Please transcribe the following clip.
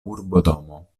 urbodomo